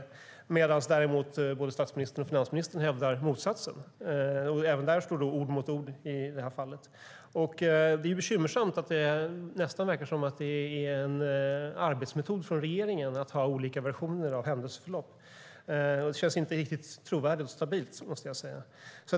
Däremot hävdar å andra sidan både statsministern och finansministern motsatsen. Även där står ord mot ord i detta fall. Det är bekymmersamt att det nästan verkar som att det är en arbetsmetod från regeringen att ha olika versioner av händelseförlopp. Det känns inte riktigt trovärdigt och stabilt, måste jag säga.